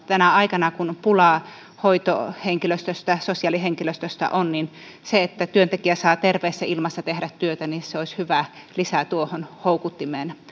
tänä aikana kun on pulaa hoitohenkilöstöstä ja sosiaalihenkilöstöstä terveet sisäilmat ja se että työntekijä saa terveessä ilmassa tehdä työtä olisi hyvä lisä tuohon houkuttimeen